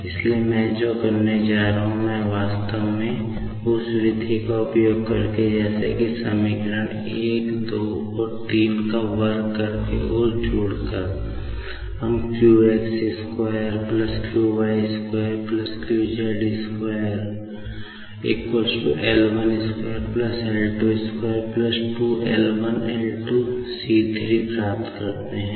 इसलिए मैं जो करता हूं हम वास्तव में उसी विधि का उपयोग करते हैं जैसे कि समीकरण को वर्ग करके और जोड़कर हम q x2 q y2 q z2 L12 L22 2L1 L2 c3 प्राप्त करते हैं